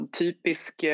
typisk